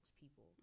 people